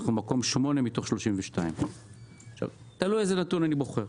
אנחנו במקום ה-8 מתוך 32. תלוי איזה נתון אני בוחר.